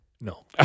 No